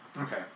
Okay